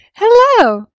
Hello